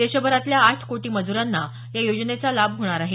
देशभरातल्या आठ कोटी मज्रांना या योजनेचा लाभ होणार आहे